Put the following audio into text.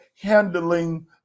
handling